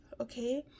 okay